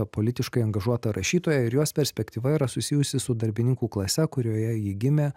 politiškai angažuota rašytoja ir jos perspektyva yra susijusi su darbininkų klase kurioje ji gimė